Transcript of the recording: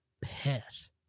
piss